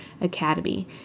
Academy